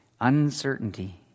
Uncertainty